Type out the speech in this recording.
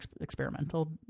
experimental